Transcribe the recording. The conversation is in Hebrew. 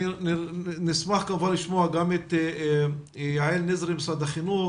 נשמח לשמוע את יעל נזרי ממשרד החינוך,